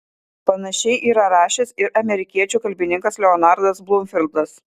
panašiai yra rašęs ir amerikiečių kalbininkas leonardas blumfildas